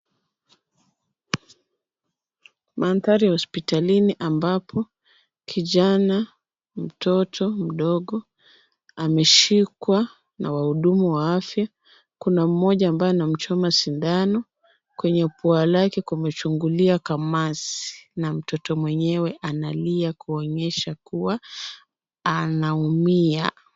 Maandhari hospitali ambapo, kijana mtoto mdogo ameshikwa na wahudumu wa afya, kuna mmoja ambaye anamchoma sindano, kwenye pua lake kumechungulia kamasi na mtoto mwenyewe analia kuonyesha kuwa anaumia.